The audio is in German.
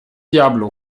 diablo